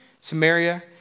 Samaria